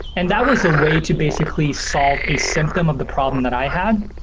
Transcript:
and that was a way to basically solve a symptom of the problem that i had,